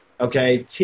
Okay